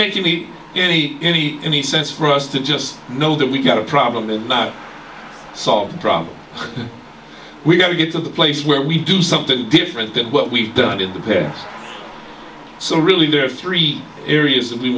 make any any any any sense for us to just know that we've got a problem and not solve the problem we've got to get to the place where we do something different than what we've done in the past so really there are three areas that we